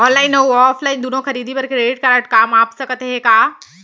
Online अऊ offline दूनो खरीदी बर क्रेडिट कारड काम आप सकत हे का?